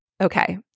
Okay